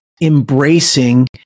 embracing